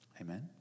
Amen